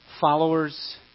followers